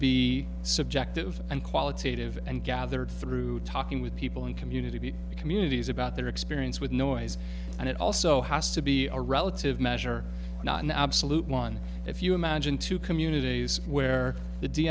be subjective and qualitative and gathered through talking with people in community b communities about their experience with noise and it also has to be a relative measure not an absolute one if you imagine two communities where the